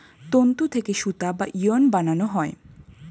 তন্তু থেকে সুতা বা ইয়ার্ন বানানো হয়